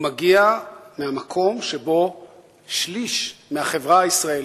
הוא מגיע מהמקום שבו שליש מהחברה הישראלית,